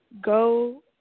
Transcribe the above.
go